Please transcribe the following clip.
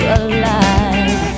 alive